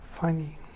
Funny